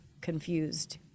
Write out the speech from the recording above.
confused